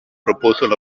proposal